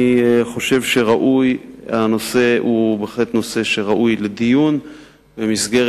אני חושב שהנושא בהחלט ראוי לדיון במסגרת